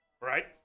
Right